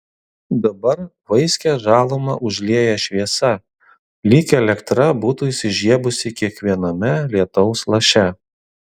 dabar vaiskią žalumą užlieja šviesa lyg elektra būtų įsižiebusi kiekviename lietaus laše